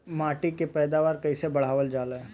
माटी के पैदावार कईसे बढ़ावल जाला?